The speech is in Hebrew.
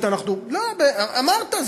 לא, אמרת.